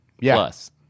plus